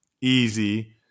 Easy